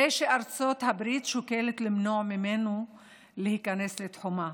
זה שארצות הברית שוקלת למנוע ממנו להיכנס לתחומה.